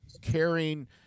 caring